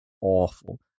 awful